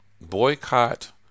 Boycott